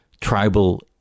tribal